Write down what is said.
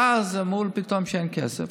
ואז אמרו לי פתאום שאין כסף.